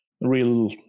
real